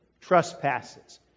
trespasses